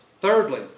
Thirdly